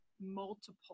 multiple